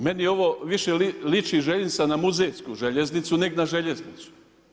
Meni ovo više liči željeznica na muzejsku željeznicu, nego na željeznicu.